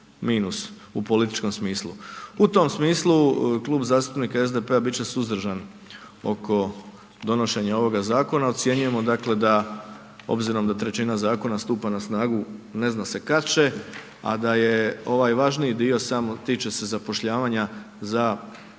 U tom smislu Klub zastupnika SDP-a bit će suzdržan oko donošenja ovoga zakona, ocjenjujemo dakle da obzirom da trećina zakona stupa na snagu ne zna se kad će, a da je ovaj važniji dio samo tiče se zapošljavanja za potrebe